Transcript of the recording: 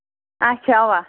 اچھا اَوا